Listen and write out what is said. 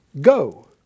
Go